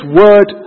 word